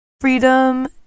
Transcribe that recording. Freedom